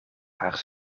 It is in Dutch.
graag